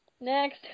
next